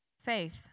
Faith